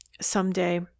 someday